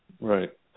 right